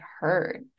hurt